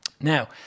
Now